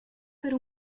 per